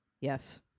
Yes